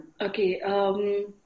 Okay